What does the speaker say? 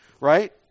Right